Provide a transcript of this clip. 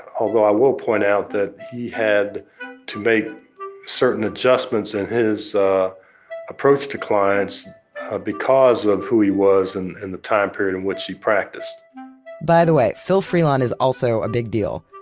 although i will point out that he had to make certain adjustments in his ah approach to clients because of who he was and and the time period in which he practiced by the way, phil freelon is also a big deal.